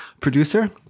producer